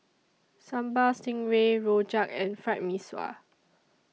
Sambal Stingray Rojak and Fried Mee Sua